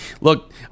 look